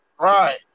right